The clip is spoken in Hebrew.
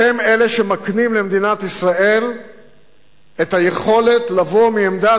אתם אלה שמקנים למדינת ישראל את היכולת לבוא מעמדת